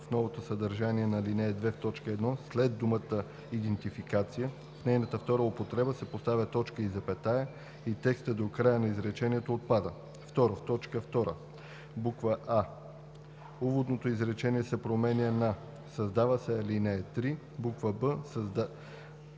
в новото съдържание на ал. 2 в т. 1 след думата „идентификация“ в нейната втора употреба се поставя точка и запетая и текстът до края на изречението отпада. 2. в т. 2: а) уводното изречение се променя на „Създава се ал. 3“. б) създаваната